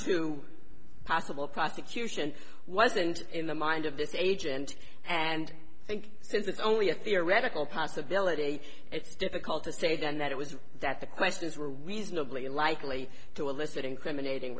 to possible prosecution wasn't in the mind of this agent and i think since it's only a theoretical possibility it's difficult to say then that it was that the question reasonably likely to elicit incriminating